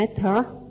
matter